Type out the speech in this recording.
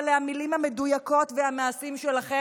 אלה המילים המדויקות והמעשים שלכם,